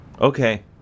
Okay